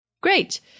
great